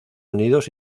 unidos